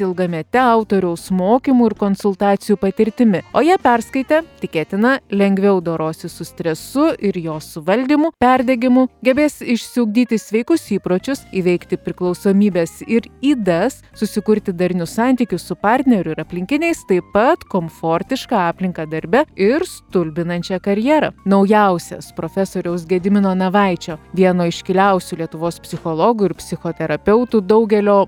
ilgamete autoriaus mokymų ir konsultacijų patirtimi o ją perskaitę tikėtina lengviau dorosis su stresu ir jo suvaldymu perdegimu gebės išsiugdyti sveikus įpročius įveikti priklausomybes ir ydas susikurti darnius santykius su partneriu ir aplinkiniais taip pat komfortišką aplinką darbe ir stulbinančią karjerą naujausias profesoriaus gedimino navaičio vieno iškiliausių lietuvos psichologų ir psichoterapeutų daugelio